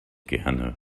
gerne